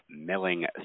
Milling